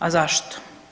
A zašto?